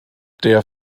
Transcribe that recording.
der